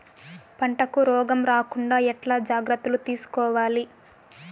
పంటకు రోగం రాకుండా ఎట్లా జాగ్రత్తలు తీసుకోవాలి?